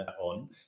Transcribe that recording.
on